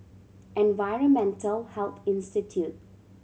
Environmental Health Institute